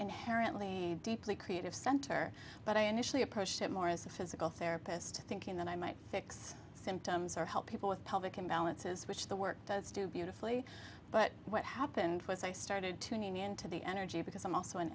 inherently deeply creative center but i initially approached it more as a physical therapist thinking that i might fix symptoms or help people with public imbalances which the work does do beautifully but what happened was i started tuning into the energy because i'm also an